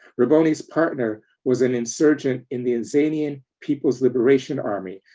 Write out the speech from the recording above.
rebone's partner was an insurgent in the azanian people's liberation army,